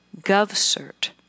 GovCert